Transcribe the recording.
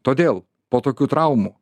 todėl po tokių traumų